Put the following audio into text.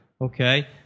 okay